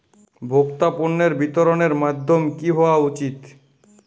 ভোক্তা পণ্যের বিতরণের মাধ্যম কী হওয়া উচিৎ?